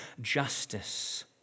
justice